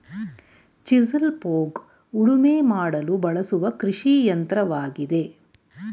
chisel plough ಉಳುಮೆ ಮಾಡಲು ಬಳಸುವ ಕೃಷಿಯಂತ್ರವಾಗಿದೆ